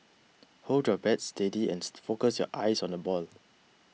hold your bat steady and focus your eyes on the ball